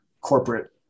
corporate